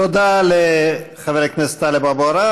תודה לחבר הכנסת טלב אבו עראר.